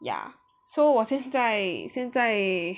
ya so 我现在现在